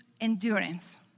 endurance